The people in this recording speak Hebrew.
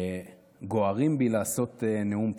גוערים בי לעשות נאום פתיחה.